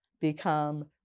become